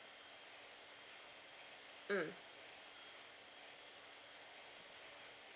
mm